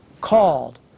called